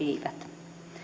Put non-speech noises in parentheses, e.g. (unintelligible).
(unintelligible) eivät